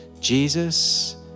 Jesus